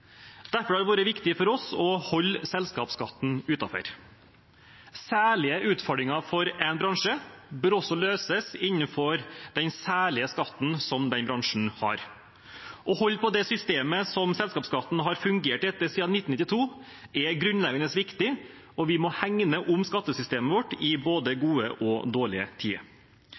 Derfor har det vært viktig for oss å holde selskapsskatten utenfor. Særlige utfordringer for én bransje bør også løses innenfor den særlige skatten som den bransjen har. Å holde på det systemet som selskapsskatten har fungert etter siden 1992, er grunnleggende viktig, og vi må hegne om skattesystemet vårt i både gode og dårlige tider.